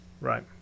Right